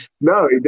No